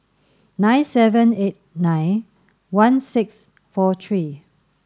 nine seven eight nine one six four three